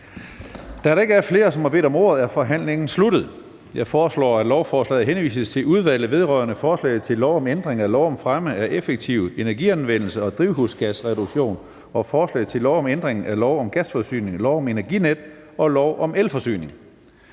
Da der ikke er flere, som har bedt om ordet, er forhandlingen sluttet. Jeg foreslår, at lovforslaget henvises til Udvalget vedrørende forslag til lov om ændring af lov om fremme af effektiv energianvendelse og drivhusgasreduktion og forslag til lov om ændring af lov om gasforsyning, lov om Energinet og lov om elforsyning.